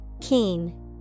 Keen